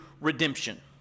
redemption